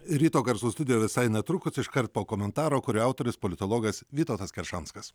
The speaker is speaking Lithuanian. ryto garsų studija visai netrukus iškart po komentaro kurio autorius politologas vytautas keršanskas